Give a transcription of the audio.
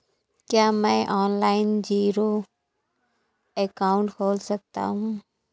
क्या मैं online zero account खोल सकता हूँ?